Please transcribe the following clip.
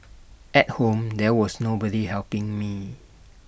at home there was nobody helping me